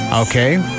Okay